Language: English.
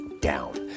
down